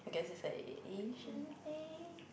I guess it's an Asian thing